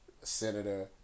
senator